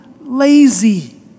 lazy